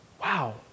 Wow